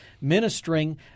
ministering